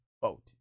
vote